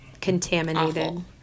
Contaminated